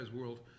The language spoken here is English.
world